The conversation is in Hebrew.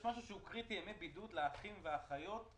יש משהו שהוא קריטי ימי בידוד לאחים ואחיות.